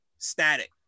static